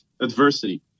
adversity